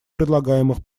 предлагаемых